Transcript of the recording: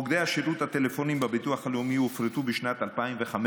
מוקדי השירות הטלפוניים בביטוח הלאומי הופרטו בשנת 2005,